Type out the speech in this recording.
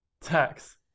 Tax